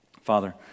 Father